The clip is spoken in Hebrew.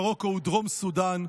מרוקו ודרום סודאן,